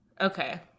Okay